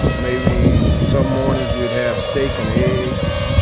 ah maybe some mornings we'd have steak and eggs.